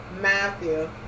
Matthew